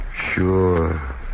Sure